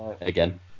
Again